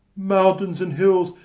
mountains and hills,